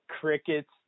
crickets